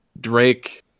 drake